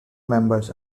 members